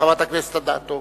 חברת הכנסת אדטו.